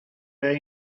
day